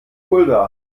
fulda